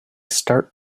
start